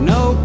no